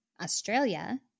Australia